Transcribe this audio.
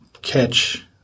Catch